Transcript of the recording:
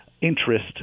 interest